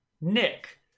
Nick